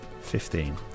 Fifteen